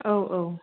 औ औ